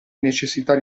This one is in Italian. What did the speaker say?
necessità